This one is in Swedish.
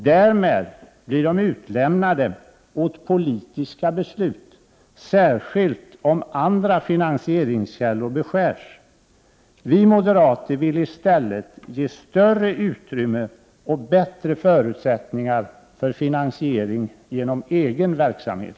Därmed blir de utlämnade åt politiska beslut, särskilt om andra finansieringskällor beskärs. Vi moderater vill i stället ge större utrymme och bättre förutsättningar för finansiering genom egen verksamhet.